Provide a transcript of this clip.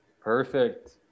perfect